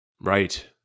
Right